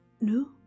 no